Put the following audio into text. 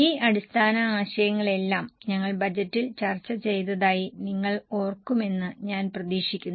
ഈ അടിസ്ഥാന ആശയങ്ങളെല്ലാം ഞങ്ങൾ ബജറ്റിൽ ചർച്ച ചെയ്തതായി നിങ്ങൾ ഓർക്കുമെന്ന് ഞാൻ പ്രതീക്ഷിക്കുന്നു